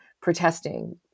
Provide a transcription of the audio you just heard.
protesting